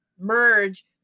merge